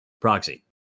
proxy